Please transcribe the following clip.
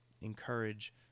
encourage